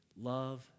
Love